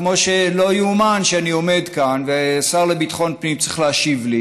כמו שלא ייאמן שאני עומד כאן והשר לביטחון פנים צריך להשיב לי